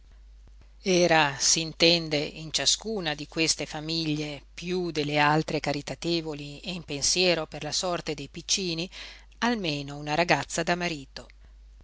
profferte era s'intende in ciascuna di queste famiglie piú delle altre caritatevoli e in pensiero per la sorte dei piccini almeno una ragazza da marito